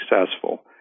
successful